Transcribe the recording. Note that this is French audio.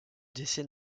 décès